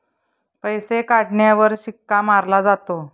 पैसे काढण्यावर शिक्का मारला जातो